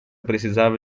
precisava